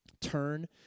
turn